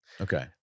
Okay